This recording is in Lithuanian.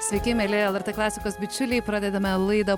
sveiki mieli lrt klasikos bičiuliai pradedame laidą